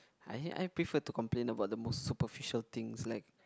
I hate I prefer to complain about the most superficial things like